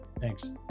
thanks